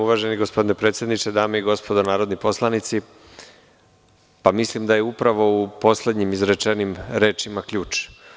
Uvaženi gospodine predsedniče, dame i gospodo narodni poslanici, mislim da je upravo u poslednjim izrečenim rečima ključ.